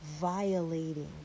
violating